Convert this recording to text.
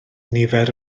nifer